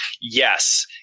yes